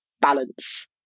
balance